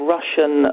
Russian